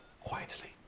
quietly